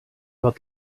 wird